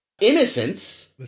Innocence